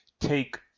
take